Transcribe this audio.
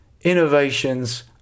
innovations